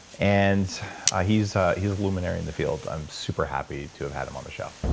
and ah he's he's luminary in the field i'm super happy to have have him on the show